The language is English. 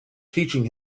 teaching